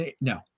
no